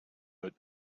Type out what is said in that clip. but